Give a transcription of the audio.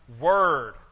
Word